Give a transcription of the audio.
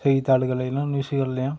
செய்தி தாள்களேயும் நியூஸ்களேயும்